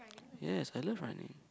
yes I love running